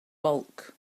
bulk